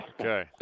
Okay